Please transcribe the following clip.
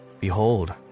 behold